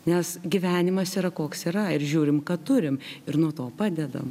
nes gyvenimas yra koks yra ir žiūrim ką turim ir nuo to padedam